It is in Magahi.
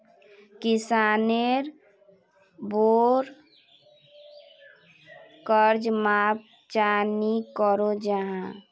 किसानेर पोर कर्ज माप चाँ नी करो जाहा?